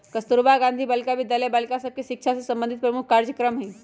कस्तूरबा गांधी बालिका विद्यालय बालिका सभ के शिक्षा से संबंधित प्रमुख कार्जक्रम हइ